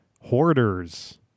hoarders